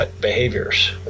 behaviors